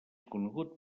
conegut